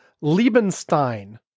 Liebenstein